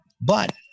But-